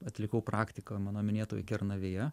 atlikau praktiką mano minėtoj kernavėje